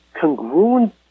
congruent